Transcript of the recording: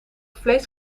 vlees